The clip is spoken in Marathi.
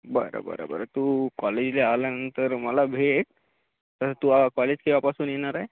बरं बरं बरं तू कॉलेजला आल्यानंतर मला भेट तसं तू कॉलेज केव्हापासून येणार आहे